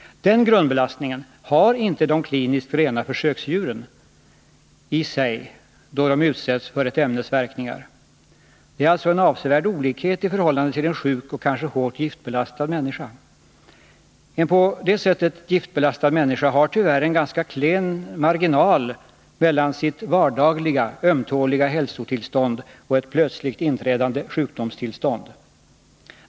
Den grundbelastningen har inte de kliniskt rena försöksdjuren i sig då de utsätts för ett ämnes verkningar. Det är alltså en avsevärd olikhet i förhållande till en sjuk och kanske hårt giftbelastad människa. En på detta sätt giftbelastad människa har tyvärr en ganska klen marginal mellan sitt vardagliga, ömtåliga hälsotillstånd och ett plötsligt inträdande sjukdomstillstånd.